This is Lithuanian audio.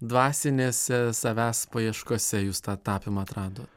dvasinėse savęs paieškose jūs tą tapymą atrado